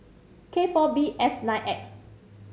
K four B S nine X